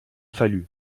fallu